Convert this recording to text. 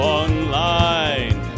online